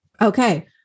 Okay